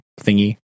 thingy